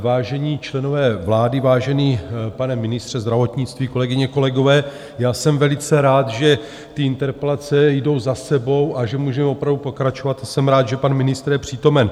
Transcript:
Vážení členové vlády, vážený pane ministře zdravotnictví, kolegyně, kolegové, jsem velice rád, že ty interpelace jdou za sebou, že můžu opravdu pokračovat a jsem rád, že pan ministr je přítomen.